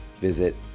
visit